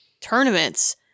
tournaments